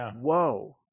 Whoa